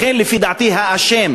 לכן לפי דעתי האשם,